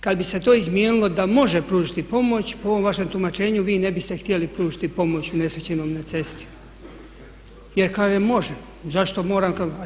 Kad bi se to izmijenilo da može pružiti pomoć, po ovom vašem tumačenju vi ne biste htjeli pružiti pomoć unesrećenom na cesti, jer kaže može, zašto moram kad.